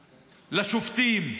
לשופטים,